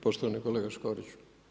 Poštovani kolega Škoriću.